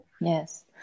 Yes